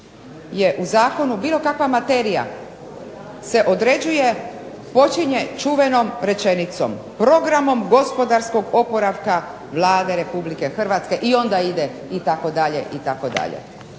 je u zakonu bilo kakva materija se određuje počinje čuvenom rečenicom "Programom gospodarskog oporavka Vlade RH" i onda ide itd. I s tim